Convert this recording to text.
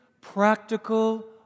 practical